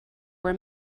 were